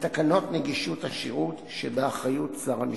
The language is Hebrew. בתקנות נגישות השירות שבאחריות שר המשפטים.